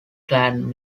clan